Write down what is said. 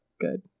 good